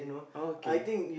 okay